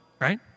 right